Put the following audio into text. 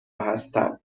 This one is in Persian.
هستن